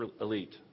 elite